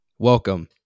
Welcome